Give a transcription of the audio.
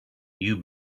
you